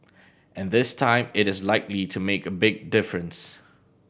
and this time it is likely to make a big difference